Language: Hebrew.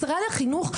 משרד החינוך,